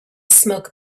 smoke